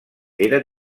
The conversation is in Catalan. era